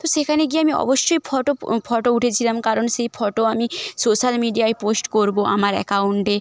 তো সেখানে গিয়ে আমি অবশ্যই ফোটো ফোটো উঠিয়েছিলাম কারণ সেই ফোটো আমি সোশাল মিডিয়ায় পোস্ট করব আমার অ্যাকাউন্টে